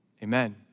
Amen